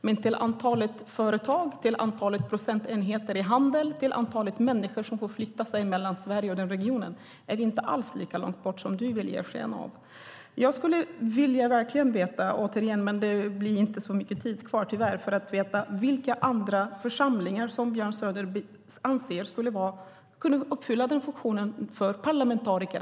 Men till antalet företag, till antalet procentenheter i handel, till antalet människor som får flytta mellan Sverige och denna region är det inte alls lika långt bort som Björn Söder vill ge sken av. Jag skulle verkligen vilja veta - återigen, men det finns ju ingen replik kvar - vilka andra församlingar som finns där Björn Söder anser att parlamentariker kan träffas och som fyller denna funktion.